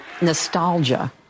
nostalgia